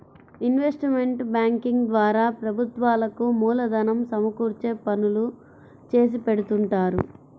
investment banking ద్వారా ప్రభుత్వాలకు మూలధనం సమకూర్చే పనులు చేసిపెడుతుంటారు